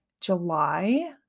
July